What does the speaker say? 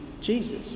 Jesus